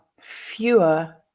fewer